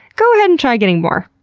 go ahead and try getting more.